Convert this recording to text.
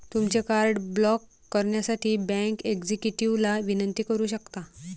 तुमचे card block करण्यासाठी bank एक्झिक्युटिव्हला विनंती करू शकता